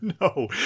No